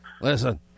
listen